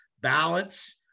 Balance